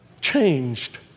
changed